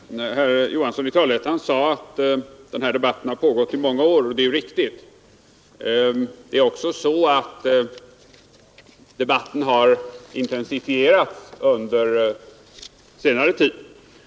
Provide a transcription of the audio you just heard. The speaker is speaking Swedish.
Herr talman! Herr Johansson i Trollhättan sade att den här debatten har pågått i många år, och det är riktigt. Det är också så att debatten har intensifierats under senare tid.